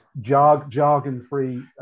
jargon-free